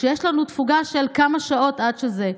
כשיש לנו תפוגה של כמה שעות עד זה.